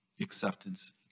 acceptance